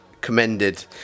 commended